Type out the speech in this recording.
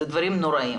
זה דברים נוראיים.